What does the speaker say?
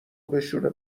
بشوره